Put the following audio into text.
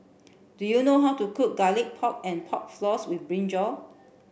do you know how to cook garlic pork and pork floss with brinjal